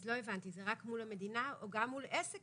אז לא הבנתי, זה רק מול המדינה או גם מול עסק?